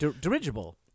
Dirigible